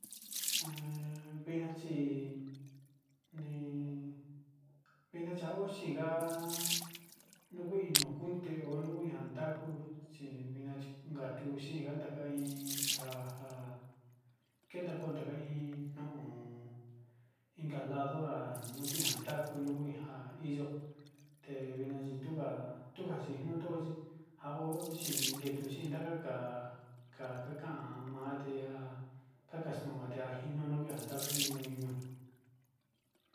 Nja vida chi nii vina changuochinga ha ino kutinga, teo nanda kuu chinga tuu kanchinga kandaka hi kaja ken kondaka hi nuu uun inka lado nga a no kuinta kunu uhija kuiyo tevina tetuga tuju nindo njao chi kendu xhinda taka kan kakan ma'ate nga takaxtongate iño nuu kui taku iño.